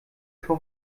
für